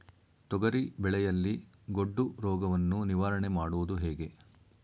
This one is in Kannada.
ತೊಗರಿ ಬೆಳೆಯಲ್ಲಿ ಗೊಡ್ಡು ರೋಗವನ್ನು ನಿವಾರಣೆ ಮಾಡುವುದು ಹೇಗೆ?